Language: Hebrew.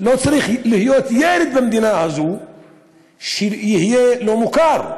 לא צריך להיות ילד במדינה הזאת שיהיה לא מוכר.